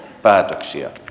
päätöksiä